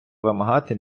вимагати